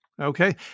Okay